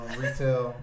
retail